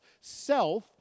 self